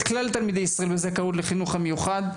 כלל תלמידי ישראל לזכאות לחינוך המיוחד.